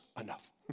enough